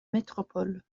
métropole